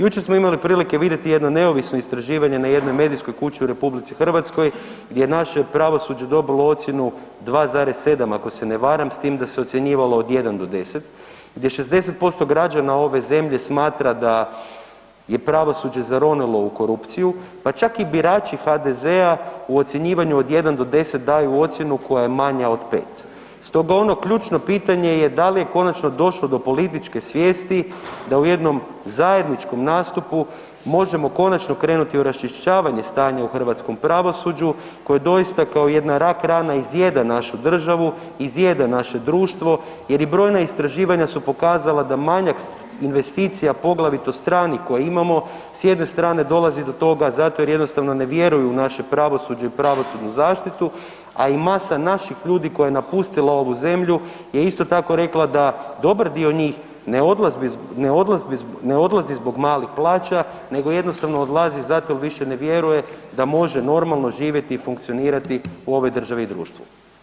Jučer smo imali prilike vidjeti jedno neovisno istraživanje na jednoj medijskoj kući u RH gdje je naše pravosuđe dobilo ocjenu 2,7 ako se ne varam, s tim da se ocjenjivalo od 1 do 10, gdje 60% građana ove zemlje smatra da je pravosuđe zaronilo u korupciju pa čak i birači HDZ-a u ocjenjivanju od 1 do 10, daju ocjenu koja je manja od 5. Stoga ono ključno pitanje je da li je konačno došlo do političke svijesti da u jednom zajedničkom nastupu možemo konačno krenuti u raščišćavanje stanja u hrvatskom pravosuđu koje je doista kao jedna rak rana izjeda našu državu, izjeda naše društvo jer i brojna istraživanja su pokazala da manjak investicija poglavito stranih koje imamo, s jedne strane dolazi do toga zato jer jednostavno ne vjeruju u naše pravosuđe i pravosudnu zaštitu a i masa naših ljudi koja je napustila ovu zemlju je isto tako rekla da dobar dio njih ne odlazi zbog malih plaća nego jednostavno odlazi zato jer više ne vjeruje da može normalno živjeti i funkcionirati u ovoj državi i društvu.